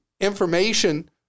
information